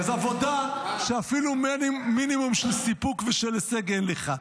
אז עבודה שאפילו מינימום של סיפוק ושל הישג אין לך.